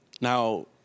Now